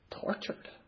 tortured